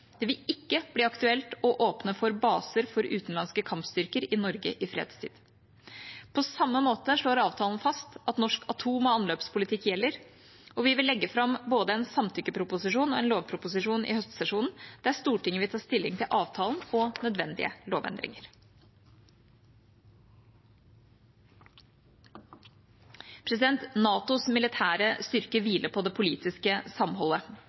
Det vil ikke bli aktuelt å åpne for baser for utenlandske kampstyrker i Norge i fredstid. På samme måte slår avtalen fast at norsk atom- og anløpspolitikk gjelder. Vi vil legge fram både en samtykkeproposisjon og en lovproposisjon i høstsesjonen, der Stortinget vil ta stilling til avtalen og nødvendige lovendringer. NATOs militære styrke hviler på det politiske samholdet.